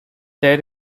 there